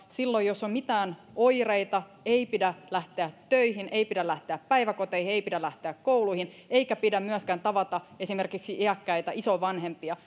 silloin jos on mitään oireita ei pidä lähteä töihin ei pidä lähteä päiväkoteihin ei pidä lähteä kouluihin eikä pidä myöskään tavata esimerkiksi iäkkäitä isovanhempia